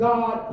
God